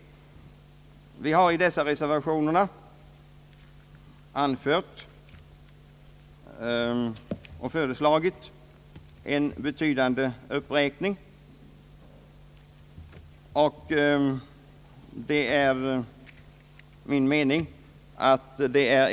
Vi har i reservationerna föreslagit en betydande uppräkning av lånebeloppen.